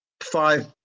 five